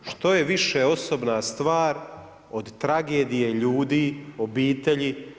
Što je više osobna stvar od tragedije ljudi, obitelji?